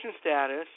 status